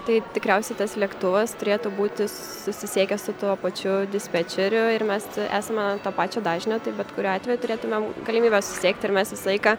tai tikriausiai tas lėktuvas turėtų būti susisiekęs su tuo pačiu dispečeriu ir mes esame to pačio dažnio tai bet kuriuo atveju turėtumėm galimybę susisiekti ir mes visą laiką